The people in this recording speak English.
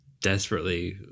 desperately